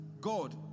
God